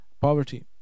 poverty